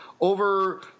over